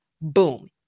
Boom